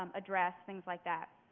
um address, things like that.